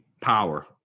power